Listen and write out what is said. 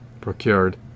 procured